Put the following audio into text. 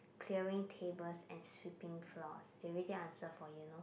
clearing tables and sweeping floors they already answer for you no